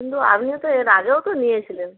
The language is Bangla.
কিন্তু আপনিও তো এর আগেও তো নিয়েছিলেন